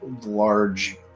large